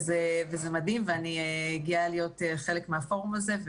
וזה מדהים ואני גאה להיות חלק מהפורום הזה,